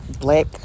Black